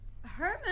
Herman